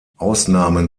ausnahmen